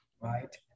right